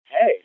Hey